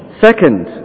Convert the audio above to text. Second